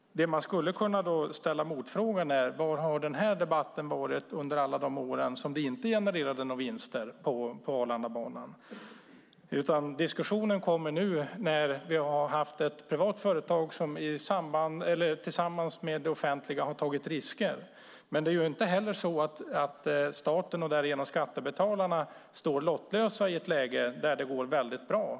Man kan ställa motfrågan: Var har debatten varit under alla de år då det inte genererades några vinster på Arlandabanan? Diskussionen kommer nu när ett privat företag har tagit risker tillsammans med det offentliga. Staten och därmed skattebetalarna står ju inte lottlösa i ett läge där det går väldigt bra.